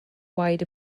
wide